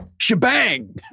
Shebang